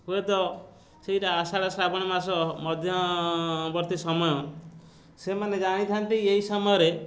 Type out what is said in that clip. ହୁଏତ ସେଇଟା ଆଷାଢ଼ ଶ୍ରାବଣ ମାସ ମଧ୍ୟବର୍ତ୍ତୀ ସମୟ ସେମାନେ ଜାଣିଥାନ୍ତି ଏଇ ସମୟରେ